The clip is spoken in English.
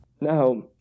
Now